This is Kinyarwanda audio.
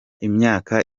imyaka